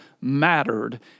mattered